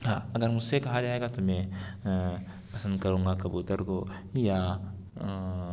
ہاں اگر مجھ سے کہا جائے گا تو میں پسند کروں گا کبوتر کو یا